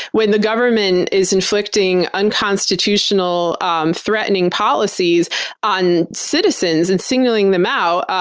when the government is inflicting unconstitutional um threatening policies on citizens and singling them out,